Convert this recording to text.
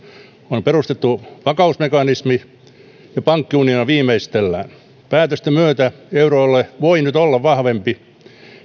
on perustettu vakausmekanismi ja pankkiunionia viimeistellään päätösten myötä euroalue voi nyt olla vahvempi